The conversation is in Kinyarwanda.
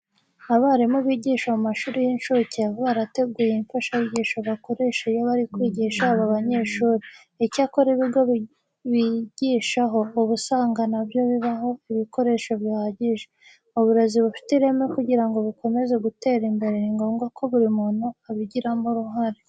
Abarimu bigisha mu mashuri y'incuke baba barateguye imfashanyigisho bakoresha iyo bari kwigisha aba banyeshuri. Icyakora ibigo bigishaho uba usanga na byo bibaha ibikoresho bihagije. Uburezi bufite ireme kugira ngo bukomeze gutera imbere ni ngombwa ko buri muntu abigiramo uruhare.